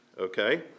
okay